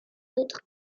autres